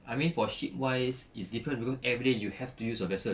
I mean for ship wise it's different [pe] everyday you have to use your vessel